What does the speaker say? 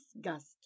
disgust